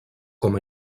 com